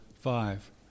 five